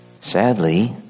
Sadly